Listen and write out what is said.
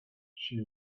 she